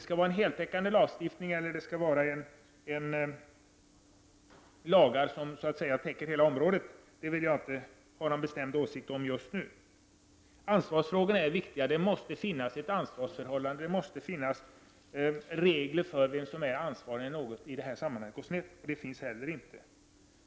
Jag vill inte ha någon bestämd åsikt just nu om huruvida det skall vara en heltäckande lagstiftning. Ansvarsfrågorna är viktiga. Det måste finnas ett ansvarsförhållande, regler för vem som är ansvarig när något går snett. Det finns heller inte.